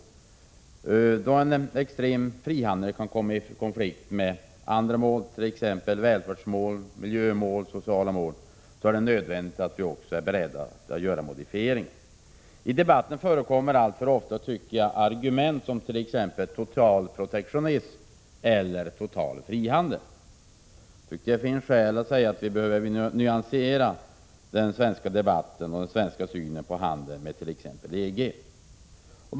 Då en extrem frihandel kan komma i konflikt med andra mål, t.ex. välfärdsmål, miljömål och sociala mål, är det nödvändigt att vi är beredda att göra modifieringar. I debatter förekommer alltför ofta argument som total protektionism eller total frihandel. Det finns skäl att säga att vi behöver nyansera den svenska debatten och den svenska synen på handeln med t.ex. EG.